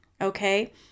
Okay